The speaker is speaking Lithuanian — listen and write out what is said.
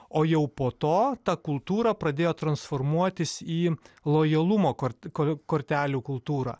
o jau po to ta kultūra pradėjo transformuotis į lojalumo kort kor kortelių kultūrą